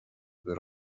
بره